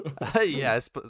Yes